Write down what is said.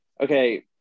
okay